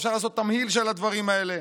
אפשר לעשות תמהיל של הדברים האלה,